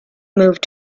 moved